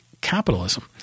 capitalism